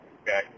Okay